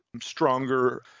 stronger